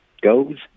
goes